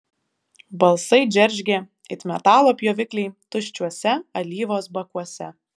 balsai džeržgė it metalo pjovikliai tuščiuose alyvos bakuose